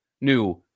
new